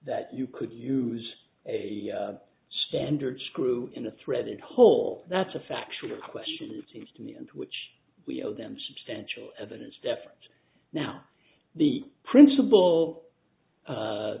that you could use a standard screw in a threaded hole that's a factual question it seems to me in which we owe them substantial evidence deference now the principal